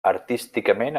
artísticament